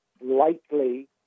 likely